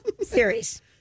series